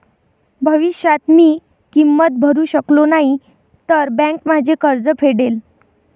भविष्यात मी किंमत भरू शकलो नाही तर बँक माझे कर्ज फेडेल